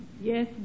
Yes